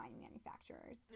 manufacturers